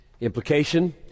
Implication